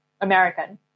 American